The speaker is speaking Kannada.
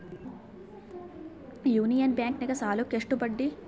ಯೂನಿಯನ್ ಬ್ಯಾಂಕಿನಾಗ ಸಾಲುಕ್ಕ ಎಷ್ಟು ಬಡ್ಡಿ?